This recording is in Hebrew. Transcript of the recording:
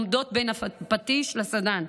עומדות בין הפטיש לסדן,